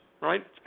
right